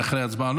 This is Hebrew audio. --- אחרי הצבעה.